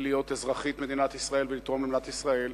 ולהיות אזרחית מדינת ישראל ולתרום למדינת ישראל.